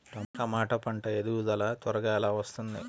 టమాట పంట ఎదుగుదల త్వరగా ఎలా వస్తుంది?